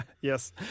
yes